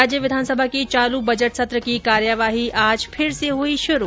राज्यविधानसभा के चालू बजट सत्र की कार्यवाही आज फिर से हई शुरू